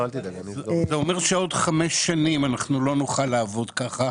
זה אומר שעוד חמש שנים אנחנו לא נוכל לעבוד ככה.